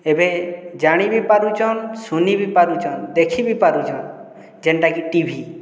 ଏବେ ଜାଣିବି ପାରୁଛନ୍ ଶୁନିବି ପାରୁଛନ୍ ଦେଖିବି ପାରୁଛନ୍ ଯେନ୍ଟାକି ଟି ଭି